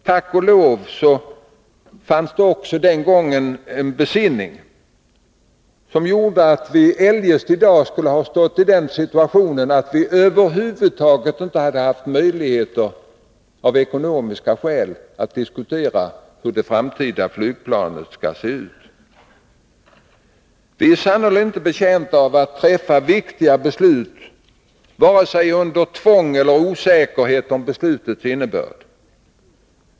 Tack och lov fanns det också den gången besinning, eljest hade vi i dag varit i den situationen att vi över huvud taget inte hade haft ekonomiska möjligheter att diskutera hur det framtida flygplanet skall se ut. Vi är inte betjänta av att träffa viktiga beslut under tvång eller i osäkerhet om beslutets innebörd.